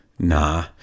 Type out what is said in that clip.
Nah